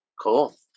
Cool